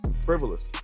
frivolous